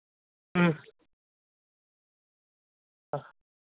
हां